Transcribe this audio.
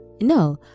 no